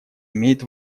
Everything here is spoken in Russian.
имеет